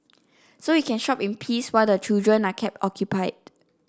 so you can shop in peace while the children are kept occupied